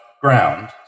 ground